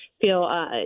feel